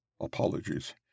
Apologies